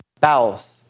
bowels